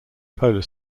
polar